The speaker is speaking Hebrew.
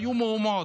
והיו מהומות.